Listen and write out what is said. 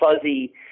fuzzy